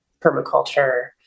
permaculture